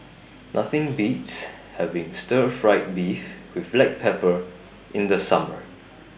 Nothing Beats having Stir Fried Beef with Black Pepper in The Summer